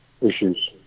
issues